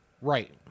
right